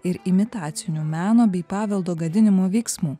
ir imitacinių meno bei paveldo gadinimo veiksmų